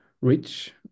rich